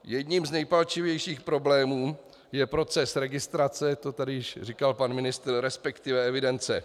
Jedním z nejpalčivějších problémů je proces registrace, to tady již říkal pan ministr, respektive evidence.